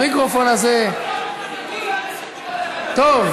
בקריאה טרומית.